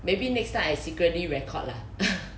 maybe next time I secretly record lah